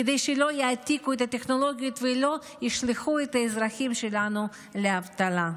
כדי שלא יעתיקו את הטכנולוגיות ולא ישלחו את האזרחים שלנו לאבטלה.